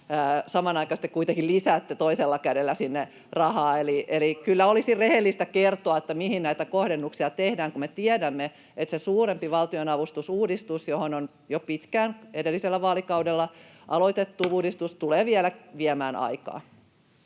te kuitenkin lisäätte toisella kädellä sinne rahaa. Eli kyllä olisi rehellistä kertoa, mihin näitä kohdennuksia tehdään, kun me tiedämme, että suurempi valtion-avustusuudistus, joka on jo edellisellä vaalikaudella aloitettu uudistus,